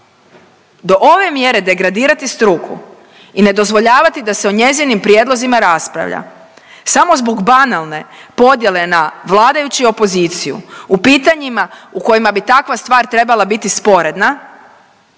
Do ove mjere degradirati struku i ne dozvoljavati da se o njezinim prijedlozima raspravlja samo zbog banalne podjele na vladajuće i opoziciju, u pitanjima u kojima bi takva stvar trebala biti sporedna